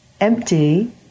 empty